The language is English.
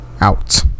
out